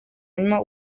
hanyuma